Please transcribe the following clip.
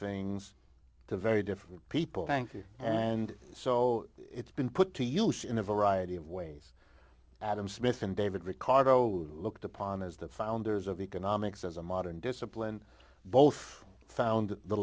things to very different people thank you and so it's been put to use in a variety of ways adam smith and david ricardo looked upon as the founders of economics as a modern discipline both found the